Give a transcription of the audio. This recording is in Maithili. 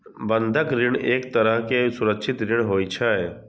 बंधक ऋण एक तरहक सुरक्षित ऋण होइ छै